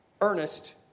Ernest